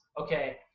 okay